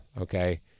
okay